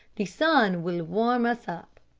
the sun will warm us up.